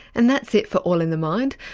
and that's it for all in the mind,